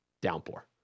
downpour